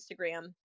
Instagram